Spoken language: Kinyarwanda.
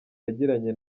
yagiranye